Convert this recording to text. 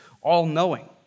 all-knowing